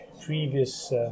previous